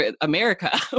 America